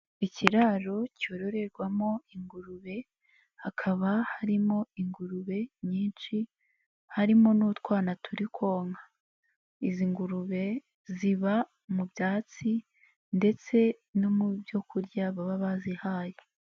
Ikiraro cyororerwamo ingurube hakaba harimo ingurube nyinshi harimo n'utwana turi konka, izi ngurube ziba mu byatsi ndetse no mu byo kurya baba bazihaye.